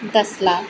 दस लाख